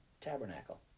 tabernacle